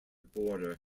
border